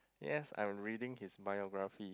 yes I'm reading his bibliography